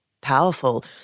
powerful